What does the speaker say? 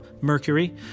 mercury